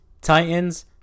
Titans